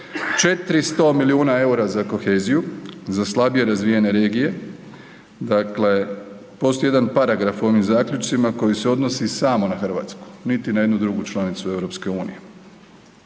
400 milijuna EUR-a za koheziju, za slabije razvijene regije, dakle postoji jedan paragraf u ovim zaključcima koji se odnosi samo na RH, niti na jednu drugu članicu EU.